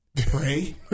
pray